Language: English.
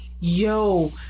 yo